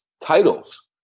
titles